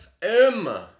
fm